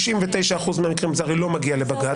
ב99% מהמקרים זה הרי לא מגיע לבג"צ,